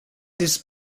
this